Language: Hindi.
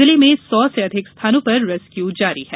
जिले में सौ से अधिक स्थानों पर रेस्क्यू जारी है